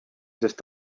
sest